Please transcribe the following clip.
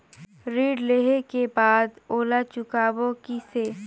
ऋण लेहें के बाद ओला चुकाबो किसे?